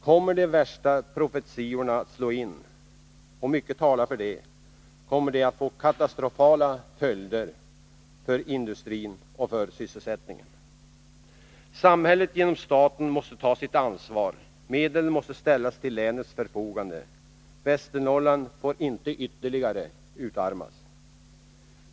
Slår de värsta profetiorna in — och mycket talar för det — kommer det att få katastrofala följder för industrin och för sysselsättningen. Samhället, genom staten, måste ta sitt ansvar. Medel måste ställas till länets förfogande. Västernorrland får inte ytterligare utarmas.